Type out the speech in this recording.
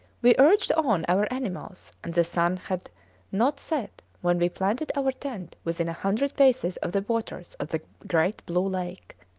we urged on our animals, and the sun had not set when we planted our tent within a hundred paces of the waters of the great blue lake.